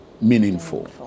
meaningful